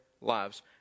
lives